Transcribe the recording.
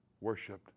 worshipped